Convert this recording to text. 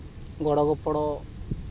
ᱜᱚᱲᱚ ᱜᱚᱯᱚᱲᱚ